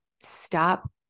stop